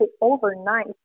overnight